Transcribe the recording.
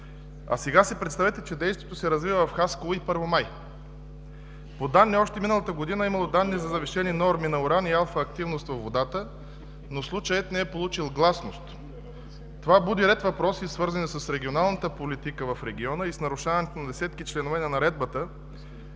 А сега си представете, че действието се развива в Хасково и Първомай. Още миналата година е имало данни за завишени норми на уран и алфа-активност във водата, но случаят не е получил гласност. Това буди ред въпроси, свързани с регионалната политика в региона и с нарушаването на десетки членове на наредбата.